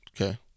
Okay